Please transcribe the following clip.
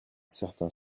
certain